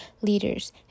leaders